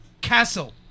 Castle